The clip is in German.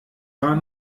war